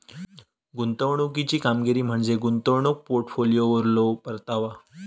गुंतवणुकीची कामगिरी म्हणजे गुंतवणूक पोर्टफोलिओवरलो परतावा